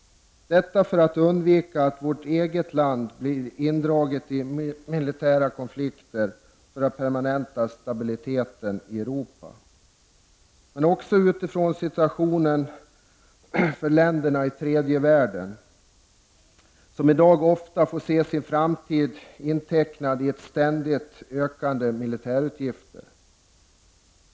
Detta för att undvika att vårt eget land blir indraget i militära konflikter för att permanenta stabiliteten i Europa, men också utifrån situationen för länderna i tredje världen som i dag ofta får se sin framtid intecknad i ständigt ökande militärutgifter.